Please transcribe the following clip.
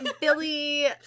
Billy